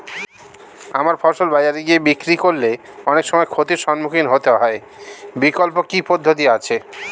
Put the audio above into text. আমার ফসল বাজারে গিয়ে বিক্রি করলে অনেক সময় ক্ষতির সম্মুখীন হতে হয় বিকল্প কি পদ্ধতি আছে?